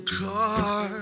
car